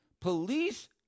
police